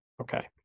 Okay